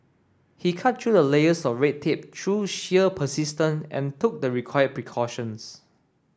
he cut through layers of red tape through sheer persistence and took the required precautions